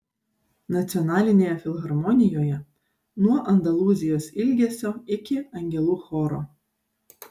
nacionalinėje filharmonijoje nuo andalūzijos ilgesio iki angelų choro